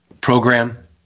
program